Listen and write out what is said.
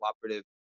cooperative